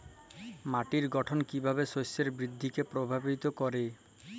মাটির গঠন কীভাবে শস্যের বৃদ্ধিকে প্রভাবিত করে?